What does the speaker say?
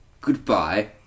Goodbye